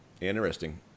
interesting